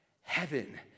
Heaven